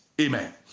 Amen